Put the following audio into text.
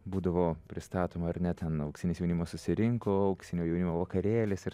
būdavo pristatoma ar ne ten auksinis jaunimas susirinko auksinio jaunimo vakarėlis ir